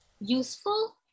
useful